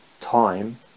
time